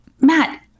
Matt